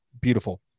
beautiful